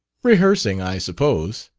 rehearsing, i suppose?